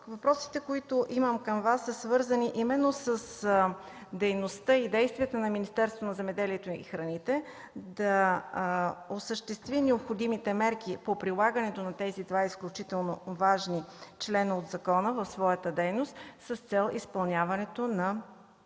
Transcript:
Въпросите, които имам към Вас, са свързани именно с дейността и действията на Министерството на земеделието и храните да осъществи необходимите мерки по прилагането на тези два изключително важни члена от закона в своята дейност с цел изпълняването на